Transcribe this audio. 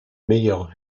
meilleure